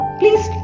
please